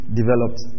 developed